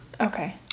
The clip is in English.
Okay